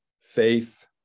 faith